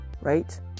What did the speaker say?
right